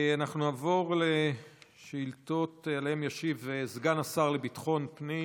אנחנו נעבור לשאילתות שעליהן ישיב סגן השר לביטחון פנים